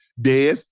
Des